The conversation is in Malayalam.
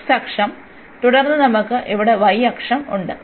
x അക്ഷം തുടർന്ന് നമുക്ക് ഇവിടെ y അക്ഷം ഉണ്ട്